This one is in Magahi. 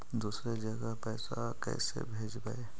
दुसरे जगह पैसा कैसे भेजबै?